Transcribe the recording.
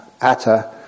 Atta